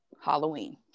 Halloween